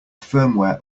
firmware